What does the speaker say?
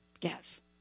Yes